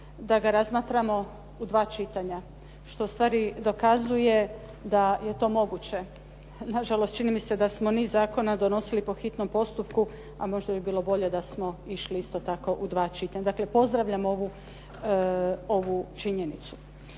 da ga razmatramo u dva čitanja što ustvari dokazuje da je to moguće. Nažalost, čini mi se da smo niz zakona donosili po hitnom postupku a možda bi bilo bolje da smo išli isto tako u dva čitanja. Dakle, pozdravljam ovu činjenicu.